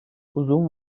uzun